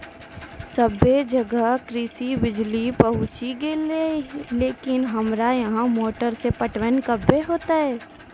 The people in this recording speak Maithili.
सबे जगह कृषि बिज़ली पहुंची गेलै लेकिन हमरा यहाँ मोटर से पटवन कबे होतय?